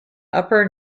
upper